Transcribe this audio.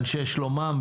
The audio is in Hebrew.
באנשי שלומם,